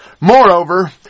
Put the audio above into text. Moreover